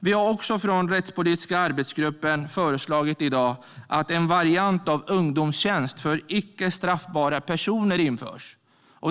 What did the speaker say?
Vi i Rättspolitiska arbetsgruppen har i dag föreslagit att en variant av ungdomstjänst införs för icke straffbara personer.